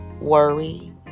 worry